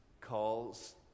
calls